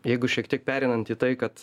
jeigu šiek tiek pereinanti tai kad